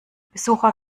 besucher